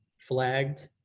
flagged.